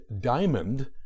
Diamond